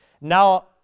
Now